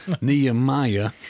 Nehemiah